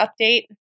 update